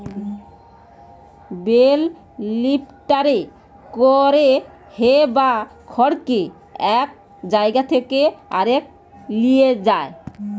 bell লিফ্টারে করে হে বা খড়কে এক জায়গা থেকে আরেক লিয়ে যায়